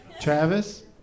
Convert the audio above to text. Travis